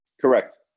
Correct